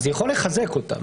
אבל זה יכול לחזק אותם.